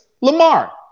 Lamar